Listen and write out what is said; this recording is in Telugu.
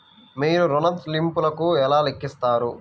మీరు ఋణ ల్లింపులను ఎలా లెక్కిస్తారు?